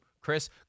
Chris